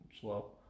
slow